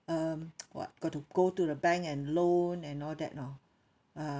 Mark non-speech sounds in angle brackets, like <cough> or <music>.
um <noise> what got to go to the bank and loan and all that you know ah